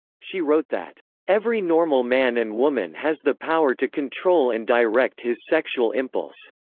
she wrote that every normal man and woman has the power to control and direct his sexual impulse.